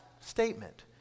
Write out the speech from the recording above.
statement